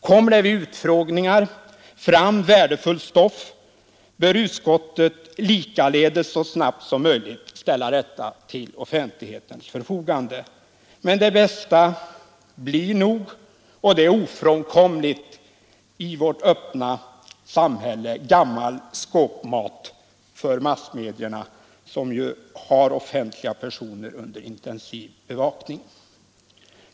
Kommer det vid utfrågningar fram värdefullt stoff, bör utskottet likaledes så snabbt som möjligt ställa detta till offentlighetens förfogande. Men det mesta blir nog och det är ofrånkomligt i vårt öppna samhälle — gammal skåpmat för massmedierna, som ju har offentliga personer under intensiv bevakning.